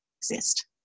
exist